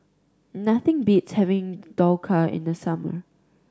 nothing beats having Dhokla in the summer